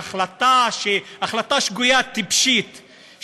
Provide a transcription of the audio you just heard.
בהחלטה שגויה וטיפשית,